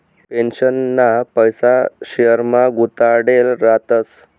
पेन्शनना पैसा शेयरमा गुताडेल रातस